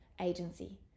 agency